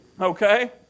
okay